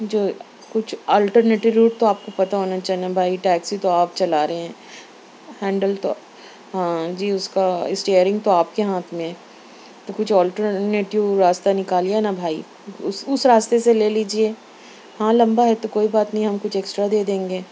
جو کچھ alternative route تو آپ كو پتا ہونا چنّا بھائی ٹیكسی توآپ چلا رہے ہیں ہینڈل تو ہاں جی اُس كا اسٹیرنگ تو آپ كے ہاتھ میں تو کچھ آلٹرنیٹیو راستہ نكالیے نا بھائی اُس اُس راستے سے لے لیجیے ہاں لمبا ہے تو کوئی بات نہیں ہے ہم کچھ ایکسٹرا دے دیں گے